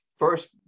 First